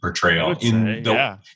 portrayal